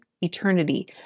eternity